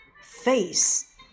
face